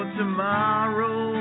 tomorrow